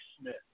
Smith